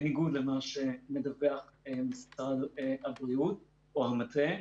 בניגוד למה שמדווח משרד הבריאות או המטה.